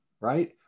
right